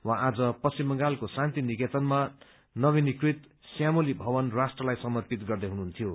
उहाँ आज पश्चिम बंगालको शान्ति निकेतनमा नवीनीकृति श्यामोली भवन राष्ट्रलाई समर्पित गर्दै हुनुहुन्थ्यो